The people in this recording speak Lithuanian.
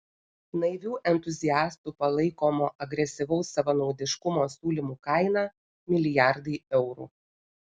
naivių entuziastų palaikomo agresyvaus savanaudiškumo siūlymų kaina milijardai eurų